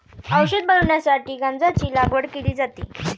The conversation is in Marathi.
औषध बनवण्यासाठी गांजाची लागवड केली जाते